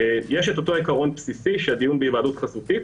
יש אותו עיקרון בסיסי שהדיון בהיוועדות חזותית